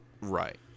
Right